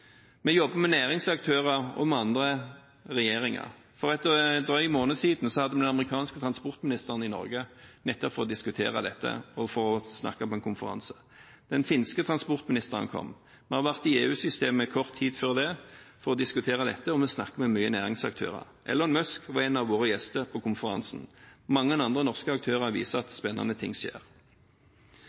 med næringsaktører og med andre regjeringer. For en drøy måned siden hadde vi den amerikanske transportministeren i Norge, nettopp for å diskutere dette og for å snakke på en konferanse. Den finske transportministeren kom. Vi har vært i EU-systemet kort tid før det for å diskutere dette, og vi snakker mye med næringsaktører. Elon Musk var en av våre gjester på konferansen. Mange andre norske aktører viste at spennende ting skjer.